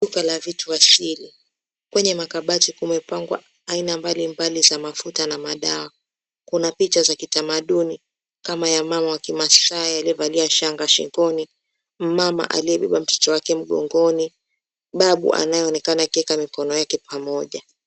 Duka la vitu asili. Kwenye makabati kumepangwa aina mbalimbali za mafuta na madawa. Kuna picha za kitamaduni kama ya mama wa Kimasai aliyevalia shanga shingoni, mama aliyebeba mtoto wake mgongoni, babu anayeonekana akiweka mikono yake pamoja.